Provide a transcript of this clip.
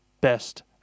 best